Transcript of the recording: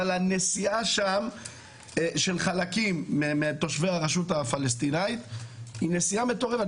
אבל הנסיעה שם של חלקים מתושבי הרשות הפלסטינאית היא נסיעה מטורפת.